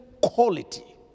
quality